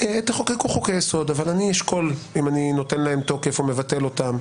"תחוקקו חוקי יסוד אבל אני אשקול אם אני נותן להם תוקף או מבטל אותם.